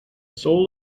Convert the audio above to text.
soul